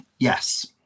Yes